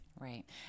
Right